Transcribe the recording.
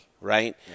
Right